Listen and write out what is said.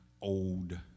old